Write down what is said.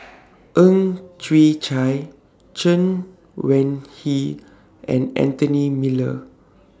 Ang Chwee Chai Chen Wen Hsi and Anthony Miller